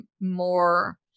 more